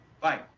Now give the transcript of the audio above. Bye